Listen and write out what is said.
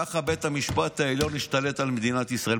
ככה בית המשפט העליון השתלט על מדינת ישראל.